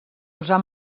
usar